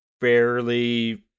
fairly